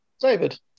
David